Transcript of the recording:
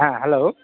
হ্যাঁ হ্যালো